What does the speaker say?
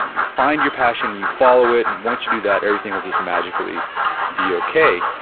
you find your passion, you follow it and once you do that everything will just magically be okay.